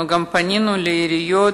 אנחנו גם פנינו לעיריות,